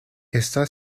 está